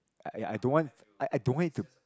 I I don't want I don't want it to